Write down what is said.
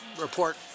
Report